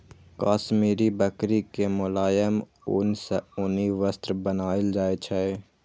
काश्मीरी बकरी के मोलायम ऊन सं उनी वस्त्र बनाएल जाइ छै